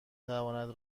تواند